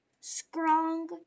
strong